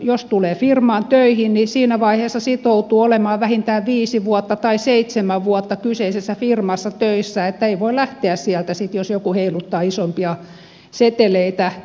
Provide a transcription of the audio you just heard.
jos tulee firmaan töihin niin siinä vaiheessa sitoutuu olemaan vähintään viisi vuotta tai seitsemän vuotta kyseisessä firmassa töissä ei voi lähteä sieltä sitten jos joku heiluttaa isompia seteleitä edessä